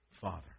Father